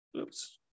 Oops